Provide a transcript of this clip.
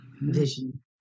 vision